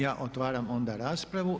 Ja otvaram onda raspravu.